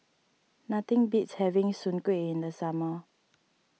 nothing beats having Soon Kway in the summer